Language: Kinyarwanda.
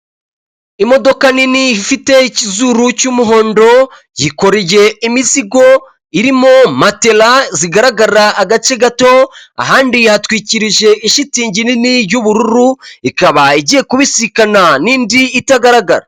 Imodoka nini ifite ikizuru cy'umuhondo yikoreye imizigo irimo matera zigaragara agace gato ahandi yatwikirije ishitingi nini y'ubururu ikaba igiye kubisikana n'indi itagaragara.